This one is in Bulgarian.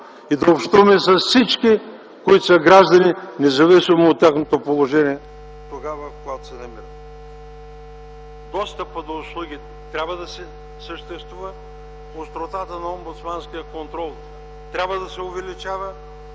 и да общуваме с всички, които са граждани, независимо от тяхното положение, тогава когато се намират. Достъпът до услуги трябва да съществува, остротата на омбудсманския контрол трябва да се увеличава,